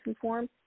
form